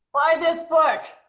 buy this book!